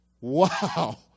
Wow